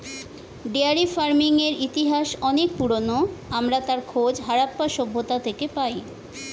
dairy ফার্মিংয়ের ইতিহাস অনেক পুরোনো, আমরা তার খোঁজ হারাপ্পা সভ্যতা থেকে পাই